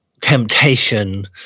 temptation